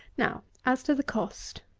now, as to the cost.